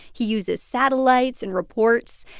he uses satellites and reports,